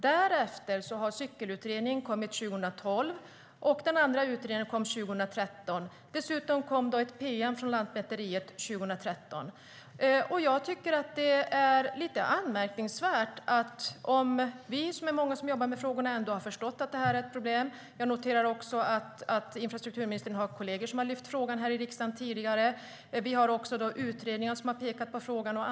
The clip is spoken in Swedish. År 2012 kom Cyklingsutredningen, och 2013 kom den andra utredningen. Dessutom kom ett pm från Lantmäteriet 2013. Vi som jobbar med dessa frågor har förstått att det är ett problem, och infrastrukturministern har kollegor som har lyft upp frågan i riksdagen tidigare. Också utredningar och ansvarig myndighet har pekat på detta problem.